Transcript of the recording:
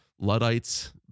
Luddites